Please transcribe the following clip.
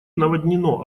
наводнено